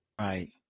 Right